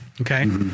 Okay